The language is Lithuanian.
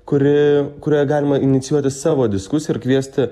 kuri kurioje galima inicijuoti savo diskus ir kviesti